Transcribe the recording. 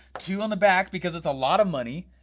two on the back, because it's a lot of money,